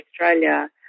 Australia